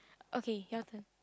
okay your turn